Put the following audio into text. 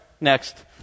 next